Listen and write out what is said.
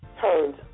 turns